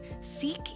Seek